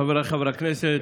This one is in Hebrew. חבריי חברי הכנסת,